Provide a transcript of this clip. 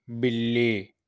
بلی